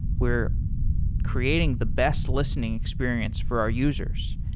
we're creating the best listening experience for our users,